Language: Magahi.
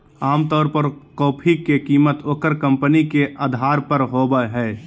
आमतौर पर कॉफी के कीमत ओकर कंपनी के अधार पर होबय हइ